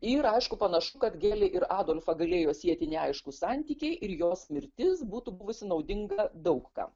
ir aišku panašu kad geli ir adolfą galėjo sieti neaiškūs santykiai ir jos mirtis būtų buvusi naudinga daug kam